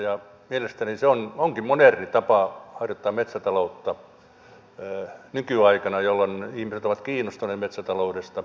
mielestäni se onkin moderni tapa harjoittaa metsätaloutta nykyaikana jolloin ihmiset ovat kiinnostuneet metsätaloudesta